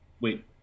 Wait